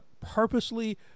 purposely